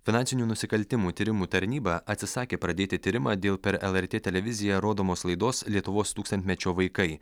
finansinių nusikaltimų tyrimų tarnyba atsisakė pradėti tyrimą dėl per lrt televiziją rodomos laidos lietuvos tūkstantmečio vaikai